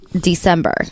December